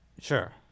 Sure